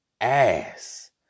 ass